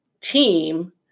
team